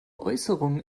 äußerungen